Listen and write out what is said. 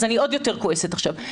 אני עוד יותר כועסת עכשיו,